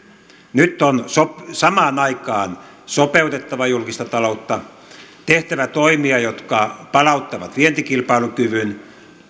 nyt on samaan aikaan sopeutettava julkista taloutta tehtävä toimia jotka palauttavat vientikilpailukyvyn